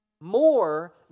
more